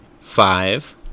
five